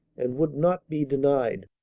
and would not be denied.